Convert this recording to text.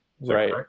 Right